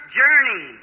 journey